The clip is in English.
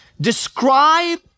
describe